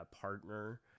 partner